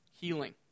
healing